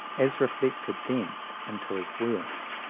as reflected thence into his work.